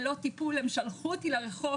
ללא טיפול הם שלחו אותי לרחוב,